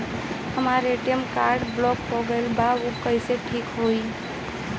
हमर ATM card block हो गईल बा ऊ कईसे ठिक होई?